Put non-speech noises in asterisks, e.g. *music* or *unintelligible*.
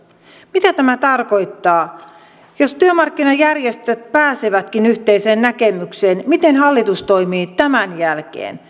mitä tämä tarkoittaa jos työmarkkinajärjestöt pääsevätkin yhteiseen näkemykseen miten hallitus toimii tämän jälkeen *unintelligible*